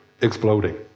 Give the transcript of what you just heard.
exploding